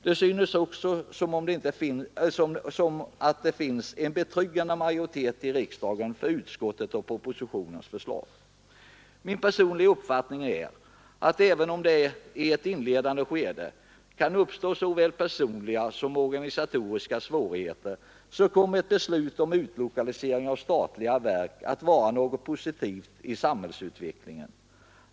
Det synes också som om det finns en betryggande majoritet i riksdagen för utskottets och propositionens förslag. Min personliga uppfattning är att även om det i ett inledande skede kan uppstå såväl personliga som organisatoriska svårigheter, så kommer ett beslut om utlokalisering av statliga verk att vara något positivt i samhällsutvecklingen.